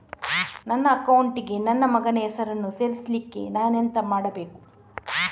ನನ್ನ ಅಕೌಂಟ್ ಗೆ ನನ್ನ ಮಗನ ಹೆಸರನ್ನು ಸೇರಿಸ್ಲಿಕ್ಕೆ ನಾನೆಂತ ಮಾಡಬೇಕು?